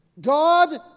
God